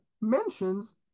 mentions